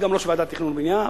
וגם ראש ועדת תכנון ובנייה,